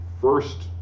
first